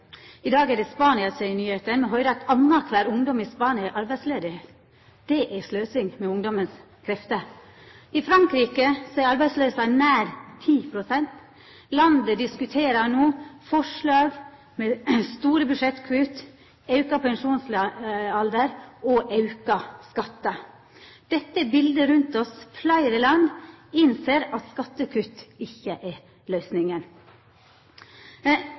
I dag er det Spania som er i nyheitene. Me høyrer at annankvar ungdom i Spania er arbeidslaus. Det er sløsing med ungdomens krefter. I Frankrike er arbeidsløysa nær 10 pst. Landet diskuterer no forslag med store budsjettkutt, auka pensjonsalder og auka skattar. Dette er biletet rundt oss. Fleire land innser at skattekutt ikkje er løysinga.